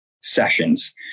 sessions